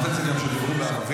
שנייה.